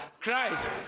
Christ